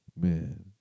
man